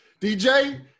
DJ